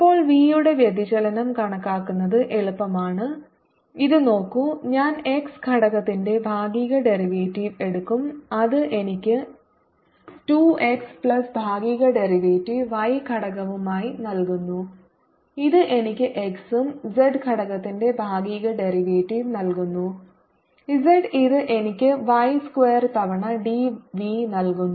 ഇപ്പോൾ v യുടെ വ്യതിചലനം കണക്കാക്കുന്നത് എളുപ്പമാണ് ഇത് നോക്കൂ ഞാൻ x ഘടകത്തിന്റെ ഭാഗിക ഡെറിവേറ്റീവ് എടുക്കും അത് എനിക്ക് 2 x പ്ലസ് ഭാഗിക ഡെറിവേറ്റീവ് y ഘടകവുമായി നൽകുന്നു ഇത് എനിക്ക് x ഉം z ഘടകത്തിന്റെ ഭാഗിക ഡെറിവേറ്റീവ് നൽകുന്നു z ഇത് എനിക്ക് y സ്ക്വാർ തവണ d v നൽകുന്നു